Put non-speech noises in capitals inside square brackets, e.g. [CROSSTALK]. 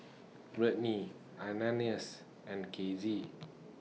[NOISE] Brittnee Ananias and Kizzy